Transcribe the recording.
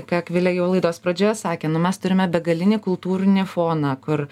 ką akvilė jau laidos pradžioje sakė nu mes turime begalinį kultūrinį foną kur